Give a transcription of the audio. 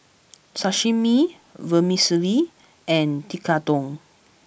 Sashimi Vermicelli and Tekkadon